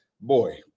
boy